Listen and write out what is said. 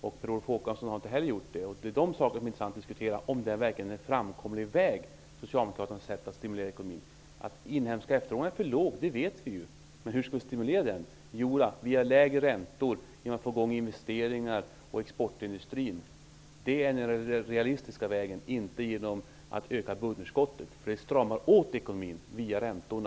Per-Olof Håkansson har inte heller gjort det. Det som är intressant att diskutera är ju om Socialdemokraternas sätt att stimulera ekonomin verkligen är en framkomlig väg. Vi vet att den inhemska efterfrågan är för låg, men hur skall vi stimulera den? Jo, det skall vi göra via lägre räntor och genom att få i gång investeringar och exportindustri. Det är den realistiska vägen. Vi skall inte öka budgetunderskottet, som stramar åt ekonomin via räntorna.